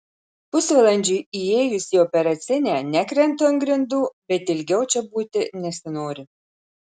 pusvalandžiui įėjus į operacinę nekrentu ant grindų bet ilgiau čia būti nesinori